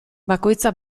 bakoitza